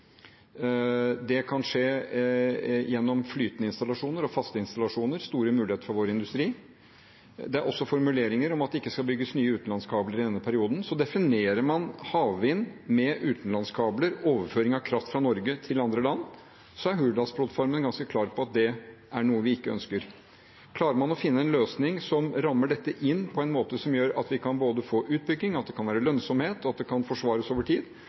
Det kan skje gjennom flytende installasjoner og faste installasjoner – store muligheter for vår industri. Det er også formuleringer om at det ikke skal bygges nye utenlandskabler i denne perioden. Definerer man havvind med utenlandskabler og overføring av kraft fra Norge til andre land, er Hurdalsplattformen ganske klar på at det er noe vi ikke ønsker. Klarer man å finne en løsning som rammer dette inn på en måte som gjør at vi både kan få utbygging, at det kan være lønnsomhet, og at det kan forsvares over tid,